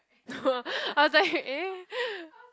no I was like eh